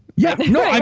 yeah, no.